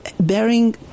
bearing